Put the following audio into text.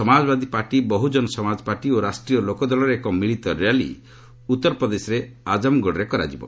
Samajwadi party Bahujan Samaj party ଓ ରାଷ୍ଟ୍ରୀୟ ଲୋକଦଳର ଏକ ମିଳିତ ର୍ୟାଲି ଉତ୍ତରପ୍ରଦେଶର ଆଜମଗଡଠାରେ କରାଯିବ